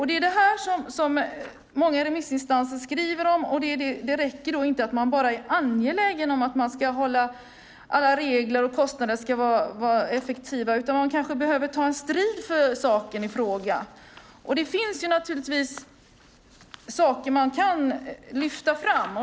Det är detta som många remissinstanser skriver om, och det räcker då inte med att man bara är angelägen om att alla regler och kostnader ska vara effektiva utan man kanske behöver ta en strid för saken i fråga. Det finns naturligtvis saker som man kan lyfta fram.